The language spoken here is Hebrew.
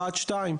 רעד 2,